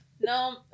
No